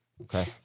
Okay